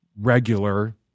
regular